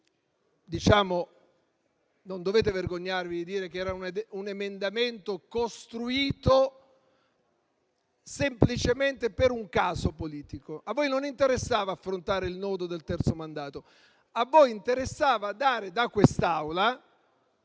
non dovete vergognarvi di dire che era un emendamento costruito semplicemente per un caso politico. A voi non interessava affrontare il nodo del terzo mandato; a voi interessava affrontare da quest'Aula